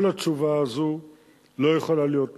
כל התשובה הזו לא יכולה להיות מספקת,